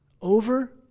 over